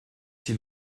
s’il